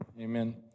Amen